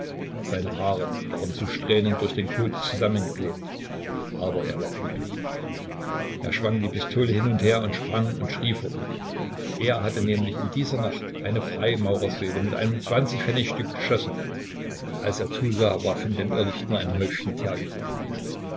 seine haare waren zu strähnen durch den kot zusammengeklebt aber er war glücklich er schwang die pistole hin und her und sprang und schrie vor glück er hatte nämlich in dieser nacht eine freimaurerseele mit einem zwanzigpfennigstück geschossen als er zusah war von dem irrlicht nur ein häufchen teer übrig